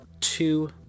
two